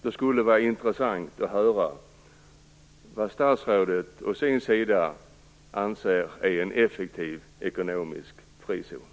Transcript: Det skulle vara intressant att höra vad statsrådet å sin sida anser vara en effektiv ekonomisk frizon.